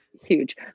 Huge